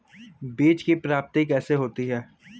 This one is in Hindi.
बीज की प्राप्ति कैसे होती है?